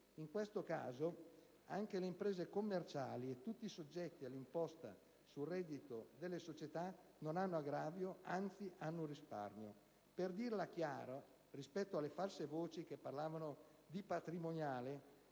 In questo caso, anche le imprese commerciali e tutti i soggetti all'imposta sul reddito delle società non hanno aggravio, anzi hanno un risparmio: per dirla chiara, rispetto alle false voci che parlavano di patrimoniale,